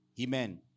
Amen